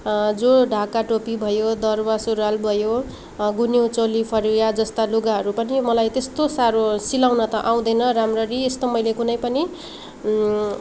जो ढाका टोपी भयो दौरा सुरुवाल भयो गुन्यू चोली फरिया जस्ता लुगाहरू पनि मलाई त्यस्तो साह्रो सिलाउन त आउँदैन राम्ररी यस्तो मैले कुनै पनि